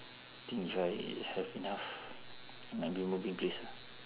think if I have enough I might be moving place